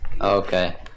Okay